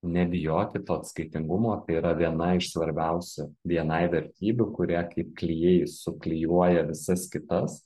nebijoti to atskaitingumo tai yra viena iš svarbiausių bni vertybių kuria kaip klijais suklijuoja visas kitas